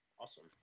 Awesome